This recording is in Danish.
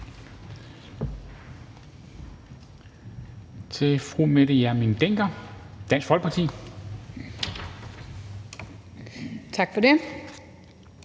til fru Mette Hjermind Dencker, Dansk Folkeparti. Kl.